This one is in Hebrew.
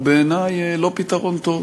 בעיני הוא לא פתרון טוב.